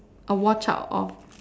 a watch out of